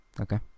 okay